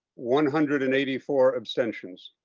one hundred and eighty four abstentions.